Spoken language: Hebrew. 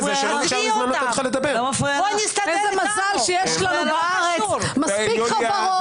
מזל שיש לנו בארץ מספיק חברות,